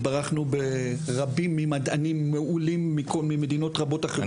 התברכנו במדענים עולים רבים גם ממדינות אחרות.